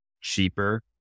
cheaper